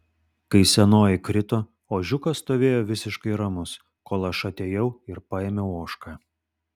kai senoji krito ožiukas stovėjo visiškai ramus kol aš atėjau ir paėmiau ožką